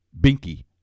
binky